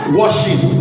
washing